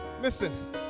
Listen